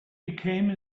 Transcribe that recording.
became